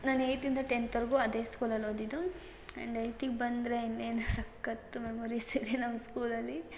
ನಾನು ಏಯ್ತಿಂದ ಟೆಂತ್ವರೆಗೂ ಅದೇ ಸ್ಕೂಲಲ್ಲಿ ಓದಿದ್ದು ಆ್ಯಂಡ್ ಏಯ್ತಿಗೆ ಬಂದರೆ ಇನ್ನೇನು ಸಖತ್ತು ಮೆಮೊರೀಸ್ ಇದೆ ನಮ್ಮ ಸ್ಕೂಲಲ್ಲಿ